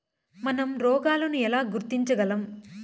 మనం రోగాలను ఎలా గుర్తించగలం?